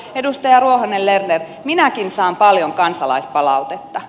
edustaja ruohonen lerner minäkin saan paljon kansalaispalautetta